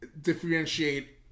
differentiate